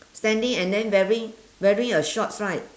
standing and then wearing wearing a shorts right